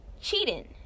cheating